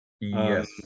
yes